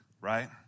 right